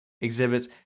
exhibits